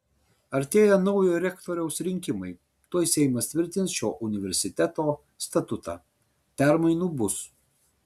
artėja naujo rektoriaus rinkimai tuoj seimas tvirtins šio universiteto statutą permainų bus